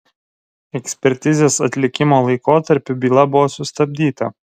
ekspertizės atlikimo laikotarpiu byla buvo sustabdyta